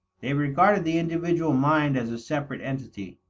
they regarded the individual mind as a separate entity,